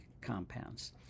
compounds